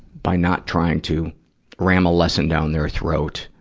by not trying to ram a lesson down their throat,